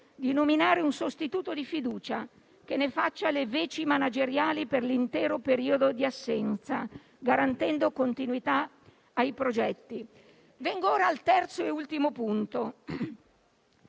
di nominare un sostituto di fiducia che ne faccia le veci manageriali per l'intero periodo di assenza, garantendo continuità ai progetti. Vengo ora al terzo e ultimo punto.